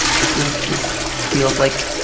this is. this feels like